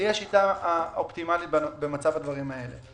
היא השיטה האופטימלית במצב הדברים האלה.